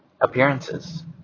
appearances